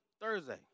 Thursday